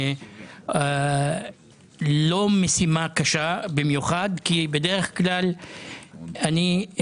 זאת לא משימה קשה במיוחד כי בדרך כלל מתוך